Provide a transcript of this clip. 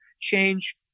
change